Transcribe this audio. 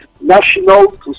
national